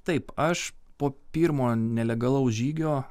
taip aš po pirmo nelegalaus žygio